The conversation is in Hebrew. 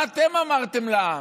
מה אתם אמרתם לעם?